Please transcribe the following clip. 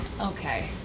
Okay